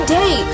day